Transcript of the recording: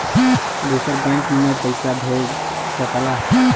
दूसर बैंक मे पइसा भेज सकला